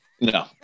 No